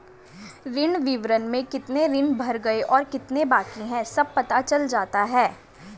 ऋण विवरण में कितने ऋण भर गए और कितने बाकि है सब पता चल जाता है